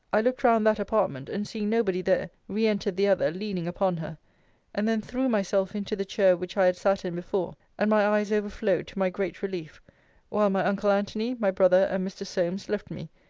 i looked round that apartment, and seeing nobody there, re-entered the other, leaning upon her and then threw myself into the chair which i had sat in before and my eyes overflowed, to my great relief while my uncle antony, my brother, and mr. solmes, left me,